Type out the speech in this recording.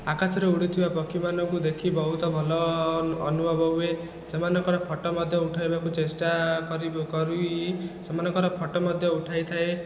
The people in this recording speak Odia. ଆକାଶରେ ଉଡ଼ୁଥିବା ପକ୍ଷୀମାନଙ୍କୁ ଦେଖି ବହୁତ ଭଲ ଅନୁଭବ ହୁଏ ସେମାଙ୍କର ଫଟୋ ମଧ୍ୟ ଉଠେଇବାକୁ ଚେଷ୍ଟା କରି ସେମାନଙ୍କର ଫଟୋ ମଧ୍ୟ ଉଠାଇ ଥାଏ